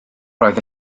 roedd